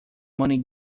money